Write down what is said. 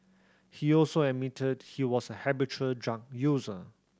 he also admitted he was a habitual drug user